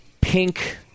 pink